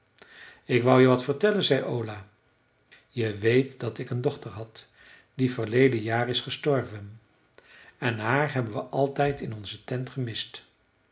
ik wou je wat vertellen zei ola je weet dat ik een dochter had die verleden jaar is gestorven en haar hebben we altijd in onze tent gemist